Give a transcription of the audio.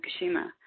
Fukushima